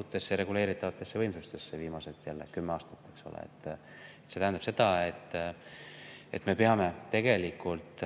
uutesse reguleeritavatesse võimsustesse viimased kümme aastat. See tähendab seda, et me peame tegelikult